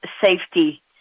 safety